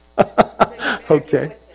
Okay